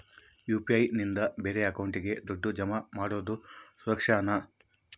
UPI ನಿಂದ ಬೇರೆ ಅಕೌಂಟಿಗೆ ದುಡ್ಡು ಜಮಾ ಮಾಡೋದು ಸುರಕ್ಷಾನಾ?